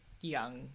young